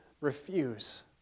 refuse